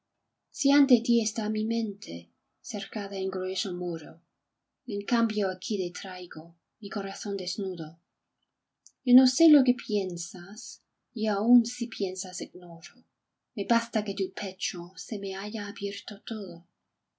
si ante tí está mi mente cercada en grueso muro en cambio aquí te traigo mi corazón desnudo yo no sé lo que piensas y aun si piensas ignoro me basta que tu pecho se me hava abierto todo